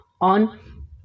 on